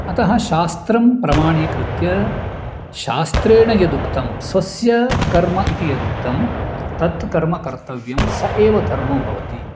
अतः शास्त्रं प्रमाणीकृत्य शास्त्रेण यदुक्तं स्वस्य कर्म इति यदुक्तं तत् कर्म कर्तव्यं स एव धर्मो भवति